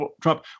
Trump